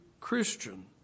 Christian